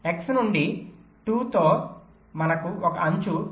X నుండి 2 తో మనకు ఒక అంచు 2